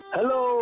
Hello